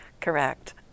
Correct